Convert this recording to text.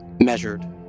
measured